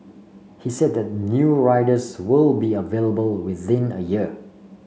he said that new riders will be available within a year